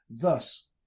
thus